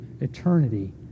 eternity